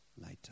later